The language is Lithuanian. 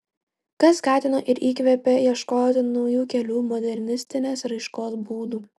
kas skatino ir įkvėpė ieškoti naujų kelių modernistinės raiškos būdų